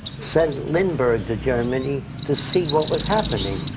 sent lindbergh to germany to see what was happening.